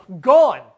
gone